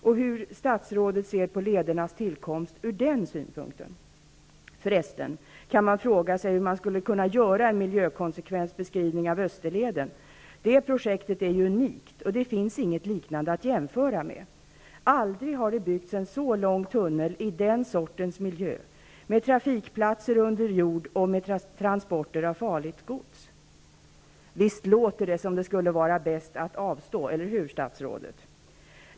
Hur ser statsrådet på ledernas tillkomst ur den synpunkten? För resten kan man fråga hur det går att göra en miljökonsekvensbeskrivning av Österleden, för det projektet är ju unikt. Det finns inget liknande att jämföra med. Aldrig har det byggts en så lång tunnel i den sortens miljö, med trafikplatser under jord och med transporter av farligt gods. Visst låter det som om det skulle vara bäst att avstå, eller hur, statsrådet?